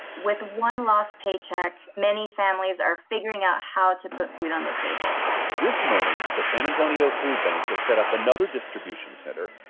with one lost paycheck, many families are figuring out how to put food on the table this morning, the san antonio food bank has set up another distribution center,